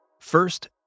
First